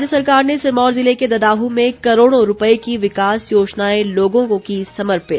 राज्य सरकार ने सिरमौर ज़िले के ददाहू में करोड़ों रूपए की विकास योजनाएं लोगों को कीं समर्पित